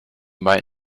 might